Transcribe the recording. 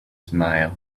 smile